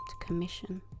commission